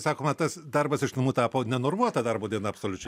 sakoma tas darbas iš namų tapo nenormuota darbo diena absoliučiai